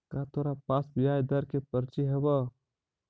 का तोरा पास ब्याज दर के पर्ची हवअ